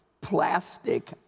plastic